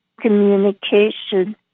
communication